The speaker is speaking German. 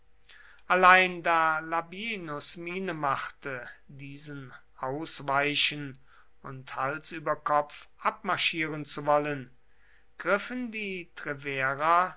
allein da labienus miene machte diesen ausweichen und hals über kopf abmarschieren zu wollen griffen die treverer